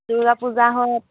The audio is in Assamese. দুৰ্গাপূজা হয়